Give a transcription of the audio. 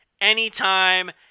anytime